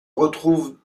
retrouve